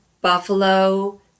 Buffalo